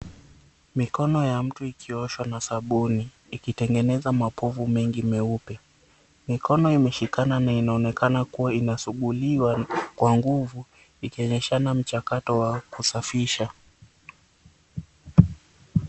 Mikono ya mtu ikioshwa na sabuni, ikitengeneza mapovu mengi meupe. Mikono imeshikana na inaonekana kuwa inasumbuliwa kwa nguvu ikionyeshana mchakato wa kusafisha.